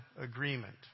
agreement